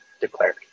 declared